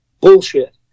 Bullshit